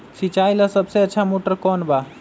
सिंचाई ला सबसे अच्छा मोटर कौन बा?